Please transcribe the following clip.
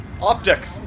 optics